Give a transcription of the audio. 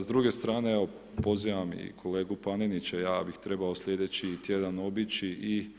S druge strane, pozivam i kolegu Panenića, ja bi trebao slj. tjedan obići i